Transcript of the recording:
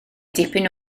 dipyn